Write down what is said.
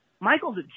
Michael's